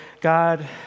God